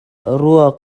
rua